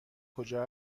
کجا